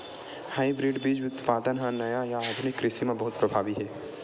hybrid बीज उत्पादन हा नवा या आधुनिक कृषि मा बहुत प्रभावी हे